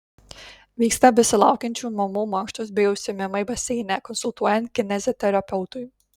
vyksta besilaukiančių mamų mankštos bei užsiėmimai baseine konsultuojant kineziterapeutui